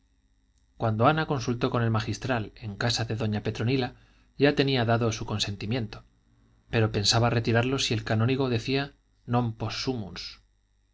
cuando ana consultó con el magistral en casa de doña petronila ya tenía dado su consentimiento pero pensaba retirarlo si el canónigo decía non possumus